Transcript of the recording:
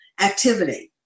activity